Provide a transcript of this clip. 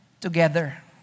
together